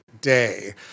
day